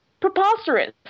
preposterous